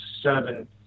seven